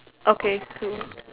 okay two